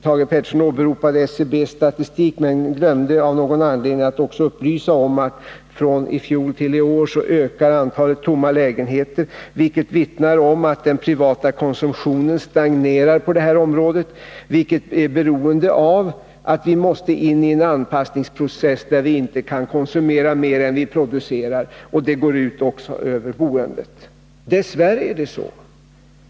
Thage Peterson åberopade SCB:s statistik men glömde av någon anledning att också upplysa om att antalet tomma lägenheter ökade från i fjol till i år, något som vittnar om att den privata konsumtionen stagnerar på detta område, vilket är beroende av att vi måste in i en anpassningsprocess, där vi inte kan konsumera mer än vad vi producerar. Det går ut också över boendet. Dess värre är det så.